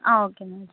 okay madam